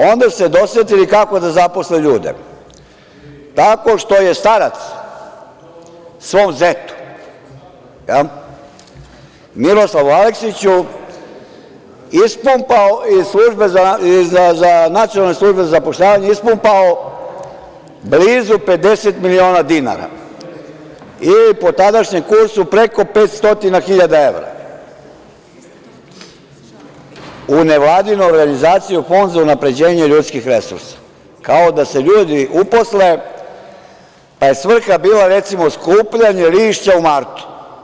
Onda su se dosetili kako da zaposle ljude, tako što je starac svom zetu Miroslavu Aleksiću ispumpao iz Nacionalne službe za zapošljavanje blizu 50.000.000 dinara ili, po tadašnjem kursu, preko 500.000 evra u nevladinu organizaciju Fond za unapređenje ljudskih resursa, kao da su ljudi uposle, pa je svrha bila, recimo, skupljanje lišća u martu.